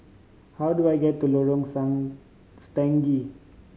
how do I get to Lorong Song Stangee